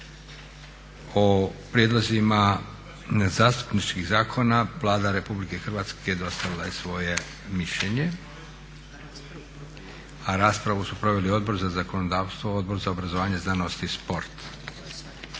O prijedlozima zastupničkih zakona Vlada Republike Hrvatske dostavila je svoje mišljenje. A raspravu su proveli Odbor za zakonodavstvo, Odbor za obrazovanje, znanost i sport